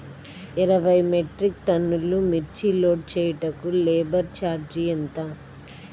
ఇరవై మెట్రిక్ టన్నులు మిర్చి లోడ్ చేయుటకు లేబర్ ఛార్జ్ ఎంత?